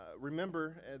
remember